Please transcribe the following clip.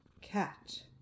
cat